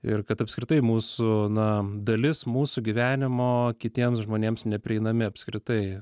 ir kad apskritai mūsų na dalis mūsų gyvenimo kitiems žmonėms neprieinami apskritai